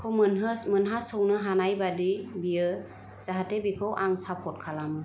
खौ मोनहासनो हानायबादि बियो जाहाथे बेखौ आं सापर्ट खालामो